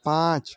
पाँच